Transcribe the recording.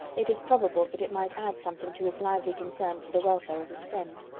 it is probable that it might add something to his lively concern for the welfare of his friend.